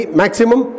maximum